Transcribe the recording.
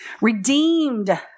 Redeemed